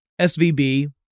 SVB